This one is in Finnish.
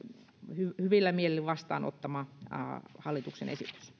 hyvillä mielin vastaanottama hallituksen